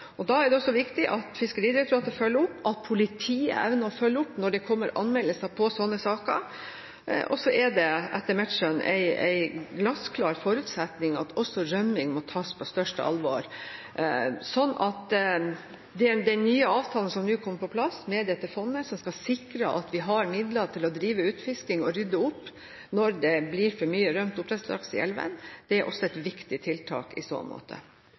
Da er det også viktig at Fiskeridirektoratet følger opp, og at politiet evner å følge opp når det kommer anmeldelser på slike saker. Så er det, etter mitt skjønn, en glassklar forutsetning at også rømming må tas på største alvor. Den nye avtalen som nå kommer på plass, med dette fondet som skal sikre at vi har midler til å drive utfisking og rydde opp når det blir for mye rømt oppdrettslaks i elvene, er også et viktig tiltak i så måte.